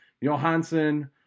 Johansson